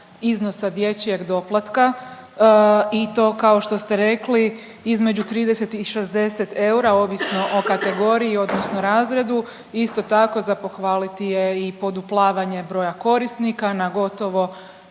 iznosa dječjeg doplatka i to kao što ste rekli između 30 i 60 eura ovisno o kategoriji odnosno razredu. Isto tako za pohvaliti je i poduplavanje broja korisnika na gotovo